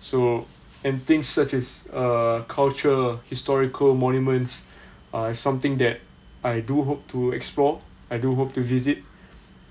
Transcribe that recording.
so and things such as uh culture historical monuments uh something that I do hope to explore I do hope to visit